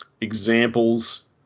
examples